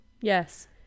yes